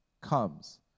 comes